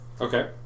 Okay